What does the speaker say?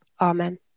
Amen